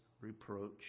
reproach